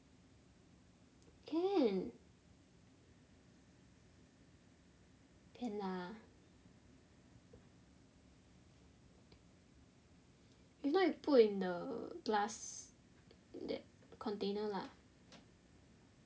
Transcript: can can lah if not you put in the glass that container lah